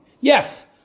Yes